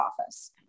office